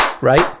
Right